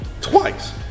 twice